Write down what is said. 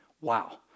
Wow